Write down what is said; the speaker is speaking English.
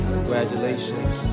Congratulations